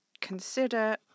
Consider